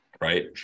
right